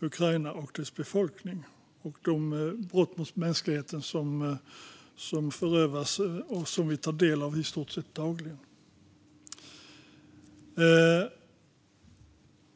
Ukraina och dess befolkning och mot de brott mot mänskligheten som vi tar del av i stort sett dagligen.